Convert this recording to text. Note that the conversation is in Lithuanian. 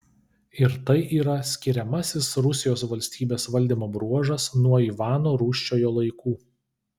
ir tai yra skiriamasis rusijos valstybės valdymo bruožas nuo ivano rūsčiojo laikų